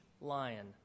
lion